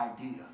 idea